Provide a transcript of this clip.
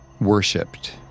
worshipped